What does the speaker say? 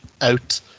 out